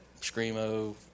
screamo